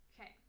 Okay